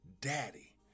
daddy